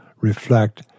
reflect